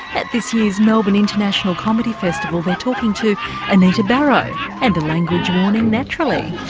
at this year's melbourne international comedy festival they're talking to anita barraud and a language warning, naturally.